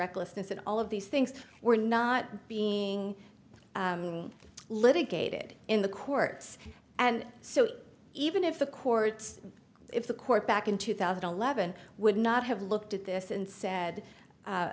recklessness and all of these things were not being litigated in the courts and so even if the courts if the court back in two thousand and eleven would not have looked at this and said